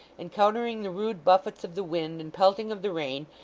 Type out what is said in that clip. encountering the rude buffets of the wind and pelting of the rain,